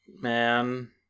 man